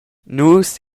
nus